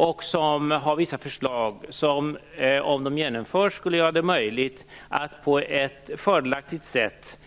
Där finns det vissa förslag som, om de genomförs, skulle göra det möjligt att på ett fördelaktigt sätt